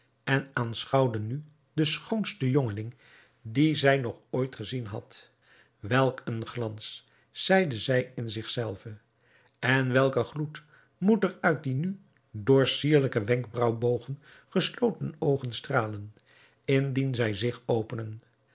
en aanschouwde nu den schoonsten jongeling dien zij nog ooit gezien had welk een glans zeide zij in zich zelve en welken gloed moet er uit die nu door sierlijke wenkbraauwbogen gesloten oogen stralen indien zij zich openen